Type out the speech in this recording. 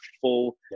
full